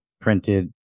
printed